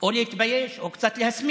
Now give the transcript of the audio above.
או להתבייש או קצת להסמיק.